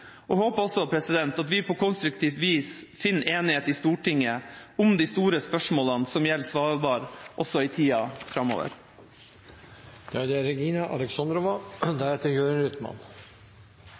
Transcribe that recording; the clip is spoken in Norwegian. og levedyktig. Jeg håper at vi på Stortinget kommer til enighet om de store spørsmålene som gjelder Svalbard, også i tida framover. Først en takk til saksordføreren for godt arbeid med Svalbard-meldingen. Svalbard er